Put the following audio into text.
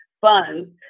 funds